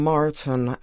Martin